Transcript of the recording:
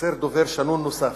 חסר דובר שנון נוסף.